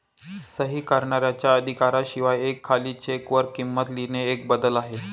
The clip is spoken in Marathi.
सही करणाऱ्याच्या अधिकारा शिवाय एका खाली चेक वर किंमत लिहिणे एक बदल आहे